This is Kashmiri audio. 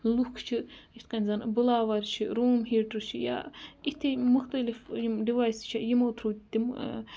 لُکھ چھِ یِتھ کٔنۍ زَن بُلاوَر چھِ روٗم ہیٖٹَر چھِ یا اِتھی مُختلِف یِم ڈِوایس چھِ یِمو تھرٛوٗ تِم